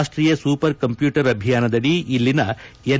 ರಾಜ್ವೀಯ super computer ಅಭಿಯಾನದಡಿ ಇಲ್ಲಿನ N